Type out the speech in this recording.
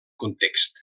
context